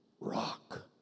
Rock